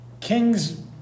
kings